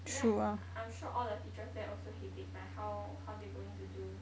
then I I'm sure all the teachers there also headache like how how they going to do